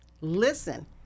Listen